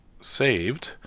saved